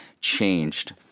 changed